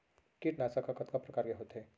कीटनाशक ह कतका प्रकार के होथे?